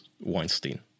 Weinstein